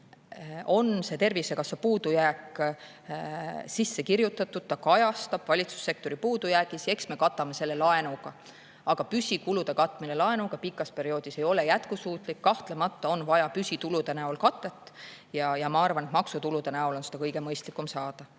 on see Tervisekassa puudujääk sisse kirjutatud, ta kajastub valitsussektori puudujäägis ja eks me katame selle laenuga. Aga püsikulude katmine laenuga pikas perioodis ei ole jätkusuutlik. Kahtlemata on vaja püsitulude näol katet. Ja ma arvan, et maksutulude näol on seda kõige mõistlikum saada.